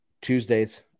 Tuesdays